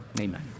amen